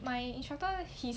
my instructor he's